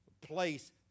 place